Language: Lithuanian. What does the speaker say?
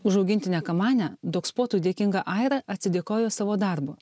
už augintinę kamanę dogspotui dėkinga aira atsidėkojo savo darbu